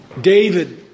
David